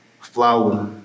Flower